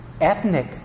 Ethnic